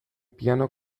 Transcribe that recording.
piano